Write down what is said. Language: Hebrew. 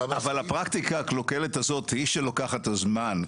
אבל, הפרקטיקה הקלוקלת הזאת היא שלוקחת את הזמן.